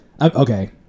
okay